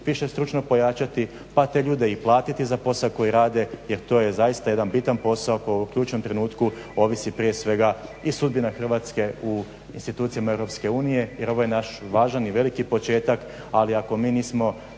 više stručno pojačati, pa te ljude i platiti za posao koji rade jer to je zaista jedan bitan posao koji u ključnom trenutku ovisi prije svega i sudbina Hrvatske u institucijama Europske unije. Jer ovo je naš važan i veliki početak. Ali ako mi nismo